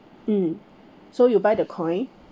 mm so you buy the coin